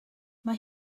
mae